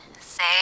Say